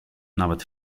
nawet